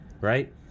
right